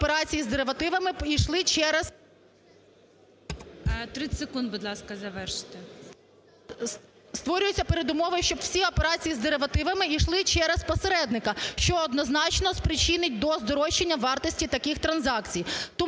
операції з деривативами йшли через посередника, що однозначно спричинить до здорожчання вартості таких транзакцій.